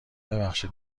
ببخشید